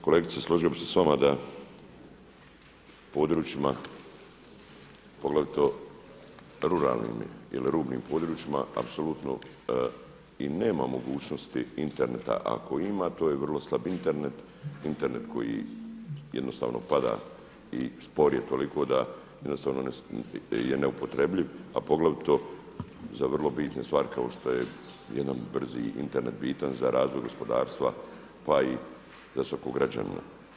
Kolegice složio bi s vama da u područjima poglavito ruralnim ili rubnim područjima apsolutno i nema mogućnosti interneta ako ima to je vrlo slab Internet, Internet koji jednostavno pada i spor je toliko da jednostavno je neupotrebljiv a poglavito za vrlo bitne stvari kao što je jedan brzi Internet bitan za razvoj gospodarstva, pa i za svakog građanina.